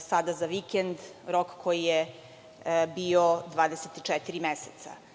sada za vikend, rok koji je bio 24 meseca. Moje